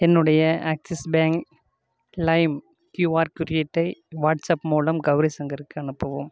என்னுடைய Axis bank லைம் QR குறியீட்டை வாட்ஸ்அப் மூலம் கௌரி சங்கருக்கு அனுப்பவும்